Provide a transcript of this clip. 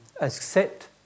accept